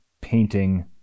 painting